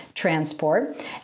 Transport